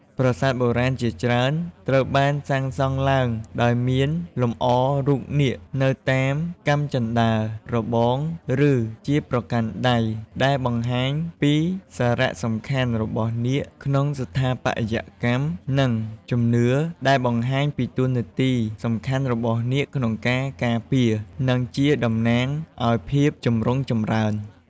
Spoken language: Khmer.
ប្រាសាទបុរាណជាច្រើនត្រូវបានសាងសង់ឡើងដោយមានលម្អរូបនាគនៅតាមកាំជណ្ដើរ របង ឬជាបង្កាន់ដៃ ដែលបង្ហាញពីសារៈសំខាន់របស់នាគក្នុងស្ថាបត្យកម្ម និងជំនឿ ដែលបង្ហាញពីតួនាទីសំខាន់របស់នាគក្នុងការការពារ និងជាតំណាងឱ្យភាពចម្រុងចម្រើន។